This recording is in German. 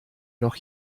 noch